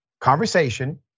conversation